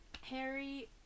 Harry